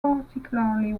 particularly